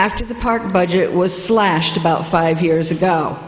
after the park budget was slashed about five years ago